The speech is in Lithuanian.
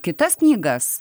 kitas knygas